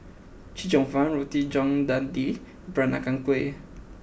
Chee Cheong Fun Roti John Daging Peranakan Kueh